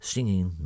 Singing